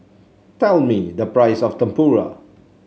tell me the price of Tempura